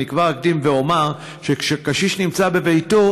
אני כבר אקדים ואומר שכשקשיש בביתו,